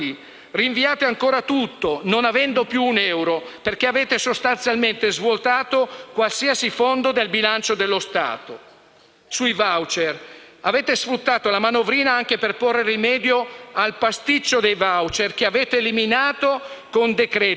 Sui *voucher*: avete sfruttato la manovrina anche per porre rimedio al pasticcio dei *voucher* che avete eliminato con decreto-legge, per evitare il *referendum* e dunque evitare di prendere un altro schiaffone dagli italiani, come quello che avete preso lo scorso 4 dicembre,